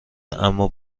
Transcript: اما